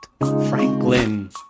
Franklin